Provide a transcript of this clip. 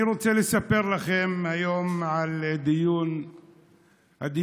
אני רוצה לספר לכם היום על הדיון הקצת-מוזר